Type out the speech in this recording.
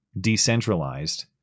decentralized